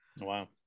Wow